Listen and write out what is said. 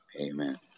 Amen